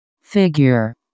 figure